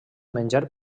menjar